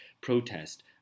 protest